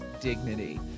dignity